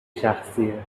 شخصیه